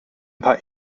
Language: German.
paar